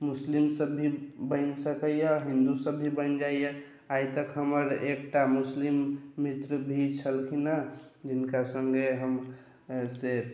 मुस्लिमसभ भी बनि सकैए हिन्दूसभ भी बनि जाइए आइतक हमर एकटा मुस्लिम मित्र भी छलखिन हेँ जिनका सङ्गे हम से